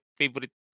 favorite